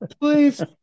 please